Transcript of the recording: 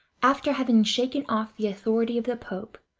after having shaken off the authority of the pope,